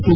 T